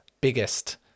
biggest